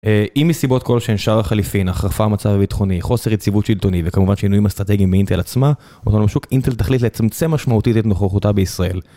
אם מסיבות כלשהן שער החליפין, החרפה המצב הביטחוני, חוסר יציבות שלטוני וכמובן שינויים אסטרטגיים באינטל עצמה, פשוט אינטל תחליט לצמצם משמעותית את נוכחותה בישראל.